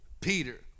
Peter